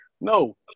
No